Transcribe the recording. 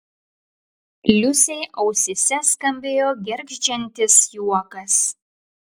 liusei ausyse skambėjo gergždžiantis juokas